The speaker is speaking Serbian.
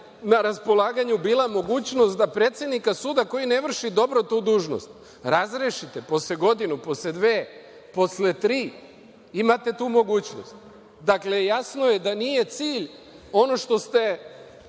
na raspolaganju bila mogućnost da predsednika suda koji ne vrši dobro tu dužnost razrešite posle godinu, posle dve, posle tri, imate tu mogućnost. Jasno je da nije cilj ono što ste